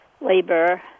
labor